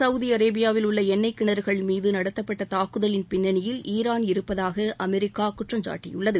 Saudi அரேபியாவில் உள்ள என்ணெய் கிணறுகள் மீது நடத்தப்பட்ட தாக்குதலின் பின்னணியில் ஈரான் இருப்பதாக அமெரிக்கா குற்றம் சாட்டியுள்ளது